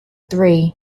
three